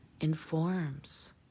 informs